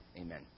amen